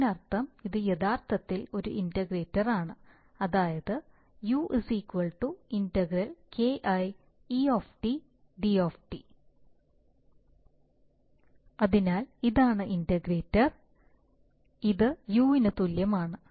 ഇതിനർത്ഥം ഇത് യഥാർത്ഥത്തിൽ ഒരു ഇന്റഗ്രേറ്ററാണ് അതായത് U ∫ Ki e d അതിനാൽ ഇതാണ് ഇന്റഗ്രേറ്റർ അതിനാൽ ഇത് u ന് തുല്യമാണ്